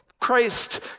Christ